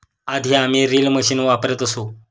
आधी आम्ही reel machine वापरत असू